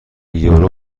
یورو